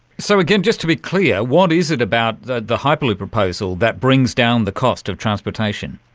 so again, just to be clear, what is it about the the hyperloop proposal that brings down the cost of transportation?